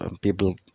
people